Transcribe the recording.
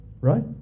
Right